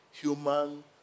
Human